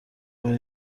کنی